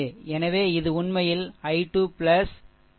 எனவே இது உண்மையில் i 2 i 2 க்கு சமம் சரி